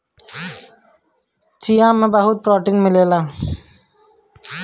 चिया में बहुते प्रोटीन मिलेला